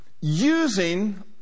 Using